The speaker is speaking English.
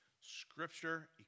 scripture